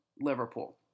Liverpool